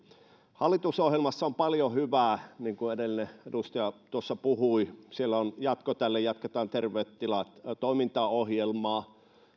hallitusohjelmassa on paljon hyvää niin kuin edellinen edustaja tuossa puhui siellä on jatko tälle terveet tilat toimintaohjelmalle